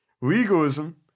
Legalism